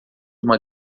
uma